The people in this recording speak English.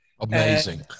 Amazing